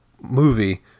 movie